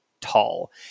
tall